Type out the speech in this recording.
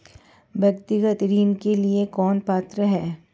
व्यक्तिगत ऋण के लिए कौन पात्र है?